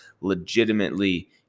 legitimately